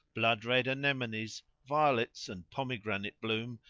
blood red anemones, violets, and pomegranate bloom,